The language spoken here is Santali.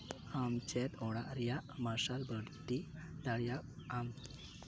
ᱟᱢ ᱪᱮᱫ ᱚᱲᱟᱜ ᱨᱮᱭᱟᱜ ᱢᱟᱨᱥᱟᱞ ᱵᱟᱹᱲᱛᱤ ᱫᱟᱲᱮᱭᱟᱜᱼᱟᱢ